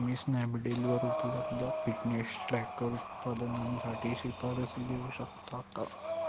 तुम्ही स्नॅपडीलवर उपलब्ध फिटनेस ट्रॅकर उत्पादनांसाठी शिफारसी देऊ शकता का